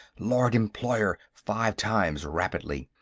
lord-employer! five times, rapidly.